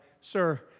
Sir